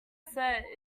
set